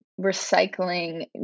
recycling